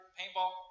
paintball